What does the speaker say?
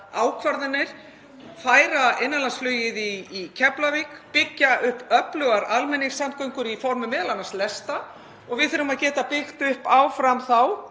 ákvarðanir, færa innanlandsflugið í Keflavík, byggja upp öflugar almenningssamgöngur, m.a. í formi lesta, og við þurfum að geta byggt upp áfram og